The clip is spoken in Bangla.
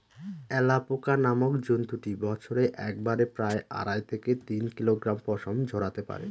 অ্যালাপোকা নামক জন্তুটি বছরে একবারে প্রায় আড়াই থেকে তিন কিলোগ্রাম পশম ঝোরাতে পারে